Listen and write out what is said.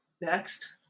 next